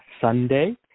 Sunday